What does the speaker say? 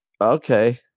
okay